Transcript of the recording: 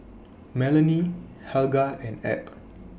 Melanie Helga and Ab